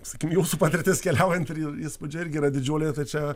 sakykim jūsų patirtis keliaujant ir įspūdžiai irgi yra didžiuliai tai čia